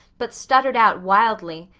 but stuttered out wildly,